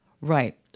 Right